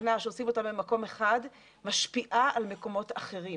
הגנה שעושים אותה במקום אחד משפיעה על מקומות אחרים?